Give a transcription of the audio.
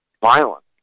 violence